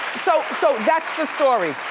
so so that's the story.